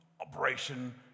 Operation